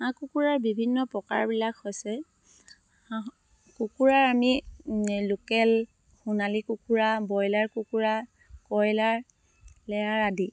হাঁহ কুকুৰাৰ বিভিন্ন প্ৰকাৰবিলাক হৈছে হাঁহ কুকুৰাৰ আমি লোকেল সোণালী কুকুৰা ব্ৰইলাৰ কুকুৰা কইলাৰ লেয়াৰ আদি